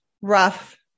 rough